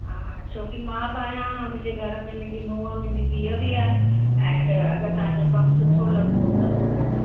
हा छो कि मां बि आहियां मुंहिंजे घर में मुंहिंजी नुंहं मुंहिंजी धीअ बि आहे एंड अगरि तव्हांजो कमु सुठो लॻो त पोइ